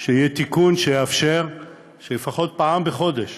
שיהיה תיקון שיאפשר שלפחות פעם בחודש